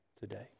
today